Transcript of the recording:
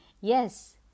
Yes